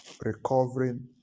recovering